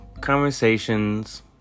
conversations